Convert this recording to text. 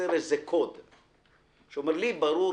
לייצר קוד שאומר: לי ברור,